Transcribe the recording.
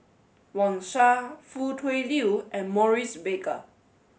Wang Sha Foo Tui Liew and Maurice Baker